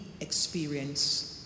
experience